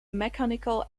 mechanical